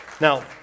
now